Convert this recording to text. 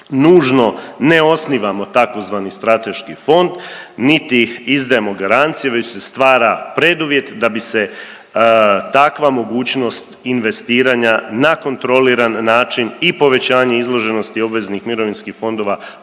nužno ne osnivamo tzv. strateški fond niti izdajemo garancije već se stvara preduvjet da bi se takva mogućnost investiranja na kontroliran način i povećanje izloženosti obveznih mirovinskih fondova